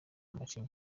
macinya